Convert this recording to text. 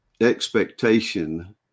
expectation